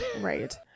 Right